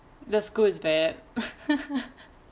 the school is bad